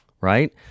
right